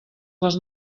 les